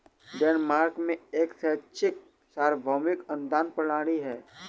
Denmark में एक शैक्षिक सार्वभौमिक अनुदान प्रणाली है